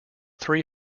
three